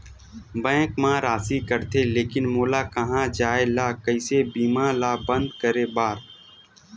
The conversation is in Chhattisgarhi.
बैंक मा राशि कटथे लेकिन मोला कहां जाय ला कइसे बीमा ला बंद करे बार?